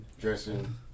dressing